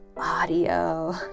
audio